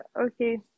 Okay